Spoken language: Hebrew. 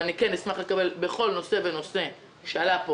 אבל כן אשמח לקבל בכל נושא ונושא שעלה פה